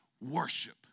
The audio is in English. Worship